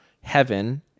heaven